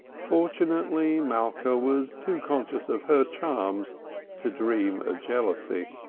fortunately, malka was too conscious of her charms to dream of jealousy.